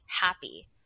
happy